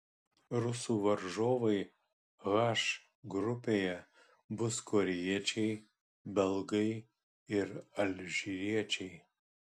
rusų varžovai h grupėje bus korėjiečiai belgai ir alžyriečiai